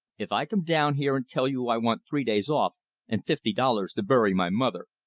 if i come down here and tell you i want three days off and fifty dollars to bury my mother,